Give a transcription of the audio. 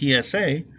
PSA